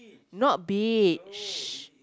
not beach